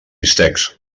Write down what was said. bistecs